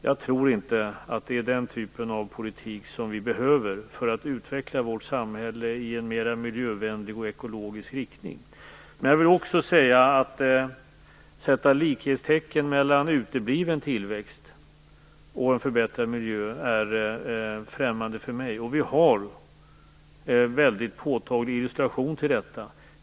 Jag tror inte att det är den typen av politik vi behöver för att utveckla vårt samhälle i en mer miljövänlig och ekologisk riktning. Det är främmande för mig att sätta likhetstecken mellan utebliven tillväxt och förbättrad miljö. Det finns en väldigt påtaglig illustration till detta.